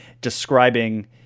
describing